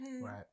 Right